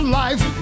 life